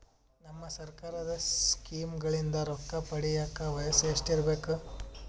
ನಮ್ಮ ಸರ್ಕಾರದ ಸ್ಕೀಮ್ಗಳಿಂದ ರೊಕ್ಕ ಪಡಿಯಕ ವಯಸ್ಸು ಎಷ್ಟಿರಬೇಕು?